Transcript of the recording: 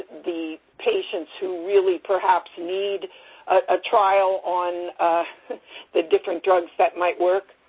the patients who really, perhaps, need a trial on the different drugs that might work?